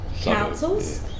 councils